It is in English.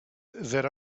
that